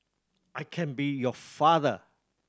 I can be your father